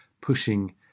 pushing